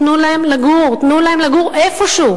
תנו להם לגור, תנו להם לגור איפשהו.